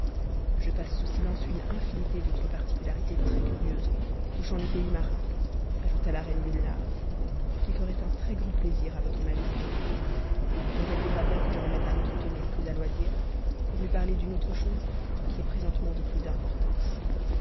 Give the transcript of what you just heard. je passe sous silence une insnité d'autres particularités très curieuses touchant les ys marins ajouta la reine gulnare qui feraient un très-grand plaisir votre majesté mais elle voudra bien que je remette à l'entretenir plus à loisir pour lui parler d'une autre chose qui est présentement de plus d'importance